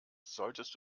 solltest